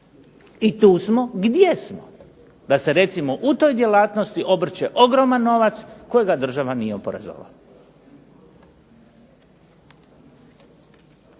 i tu smo gdje smo da se recimo u toj djelatnosti obrće ogroman novac kojega država nije oporezovala.